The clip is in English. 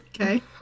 Okay